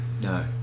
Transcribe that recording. No